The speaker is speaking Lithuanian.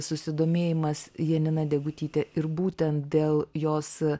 susidomėjimas janina degutyte ir būtent dėl jos